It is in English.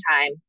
time